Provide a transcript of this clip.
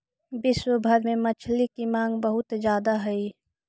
विश्व भर में मछली की मांग बहुत ज्यादा हई